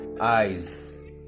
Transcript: eyes